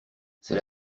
c’est